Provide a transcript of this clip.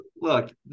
look